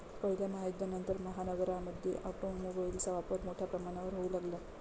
पहिल्या महायुद्धानंतर, महानगरांमध्ये ऑटोमोबाइलचा वापर मोठ्या प्रमाणावर होऊ लागला